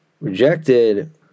rejected